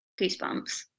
goosebumps